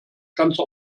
ganze